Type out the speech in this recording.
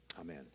Amen